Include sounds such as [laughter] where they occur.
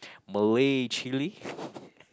Malay chili [laughs]